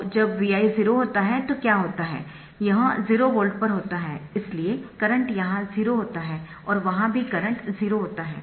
तो जब Vi 0 होता है तो क्या होता है यह 0 वोल्ट पर होता है इसलिए करंट यहां 0 होता है और वहां भी करंट 0 होता है